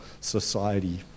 society